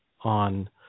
on